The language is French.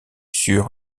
sur